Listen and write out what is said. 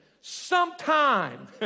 sometime